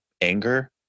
anger